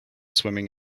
swimming